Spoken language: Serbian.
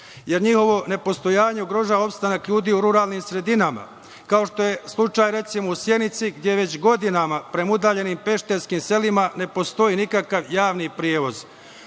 jer njihovo nepostojanje ugrožava opstanak ljudi u ruralnim sredinama, kao što je slučaj u Sjenici, gde već godinama prema udaljenim pešterskim selima ne postoji nikakav javni prevoz. Ovo